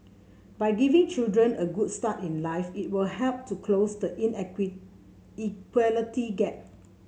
by giving children a good start in life it will help to close the inequality gap